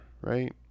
right